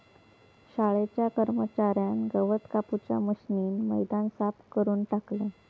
शाळेच्या कर्मच्यार्यान गवत कापूच्या मशीनीन मैदान साफ करून टाकल्यान